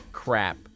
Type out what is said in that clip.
Crap